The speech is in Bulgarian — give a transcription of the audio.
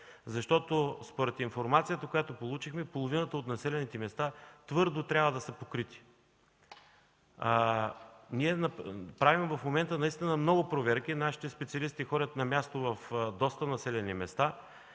Според информацията, която получихме, половината от населените места твърдо трябва да са покрити. В момента правим много проверки – нашите специалисти ходят на място в доста населени места.